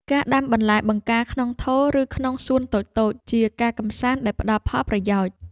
ការដាំបន្លែបង្ការក្នុងថូ ឬក្នុងសួនតូចៗ ជាការកម្សាន្តដែលផ្តល់ផលប្រយោជន៍។